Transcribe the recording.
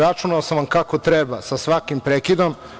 Računao sam vam kako treba, sa svakim prekidom.